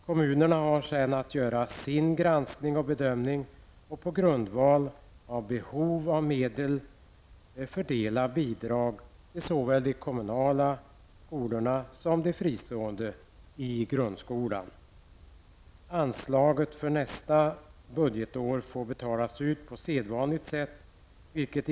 Kommunerna har sedan att göra sin granskning och bedömning och på grundval av behov av medel fördela bidrag till såväl kommunala som fristående skolor inom grundskolan. Anslaget för nästa budgetår får betalas ut på sedvanligt sätt.